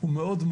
הוא מאוד,